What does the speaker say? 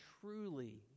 truly